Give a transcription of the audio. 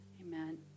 Amen